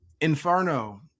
Inferno